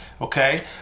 Okay